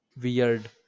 weird